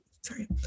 sorry